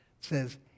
says